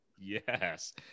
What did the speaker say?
yes